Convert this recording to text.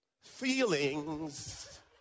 feelings